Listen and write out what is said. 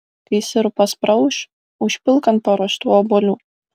kai sirupas praauš užpilk ant paruoštų obuolių